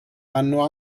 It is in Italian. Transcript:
hanno